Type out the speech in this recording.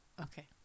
Okay